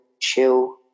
chill